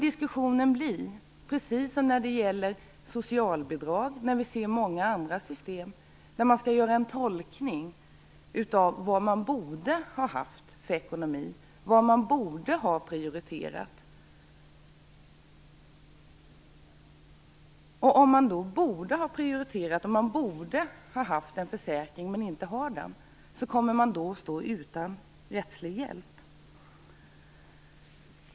Diskussionen kommer att handla om vad man borde ha haft för ekonomi, vad man borde ha prioriterat, precis som när det gäller socialbidrag och många andra system där man skall göra en tolkning. Om man borde ha prioriterat på ett sådant sätt att man haft en försäkring men inte har det, kommer man att stå utan rättslig hjälp.